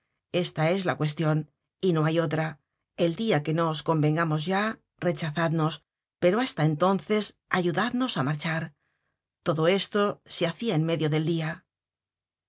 esta es la cuestion y no hay otra el dia que no os convengamos ya rechazadnos pero hasta entonces ayudadnos á marchar todo esto se hacia en medio del dia